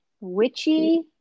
witchy